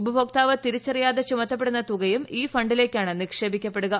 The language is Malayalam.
ഉപഭോക്താവ് തിരിച്ചറിയാതെ ചുമത്തപ്പെടുന്ന തുകയും ഈ ിലേക്കാണ് നിക്ഷേപിക്കപ്പെടുക